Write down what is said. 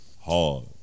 Hard